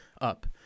up